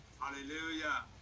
Hallelujah